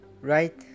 right